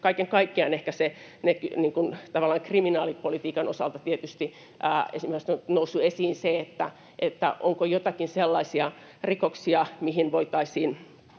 ehkä tavallaan kriminaalipolitiikan osalta tietysti on noussut esiin esimerkiksi se, onko joitakin sellaisia rikoksia, joissa voitaisiin